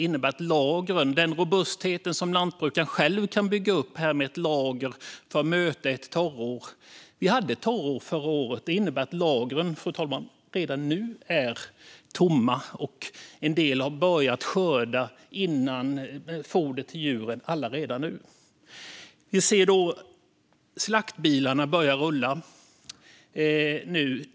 Lantbrukaren kan själv bygga upp lager och en robusthet för att möta ett torrår, men eftersom vi hade ett torrår även förra året innebär det att lagren redan nu är tomma, fru talman, och en del har börjat skörda fodret till djuren redan nu. Vi ser nu hur slaktbilarna börjar rulla.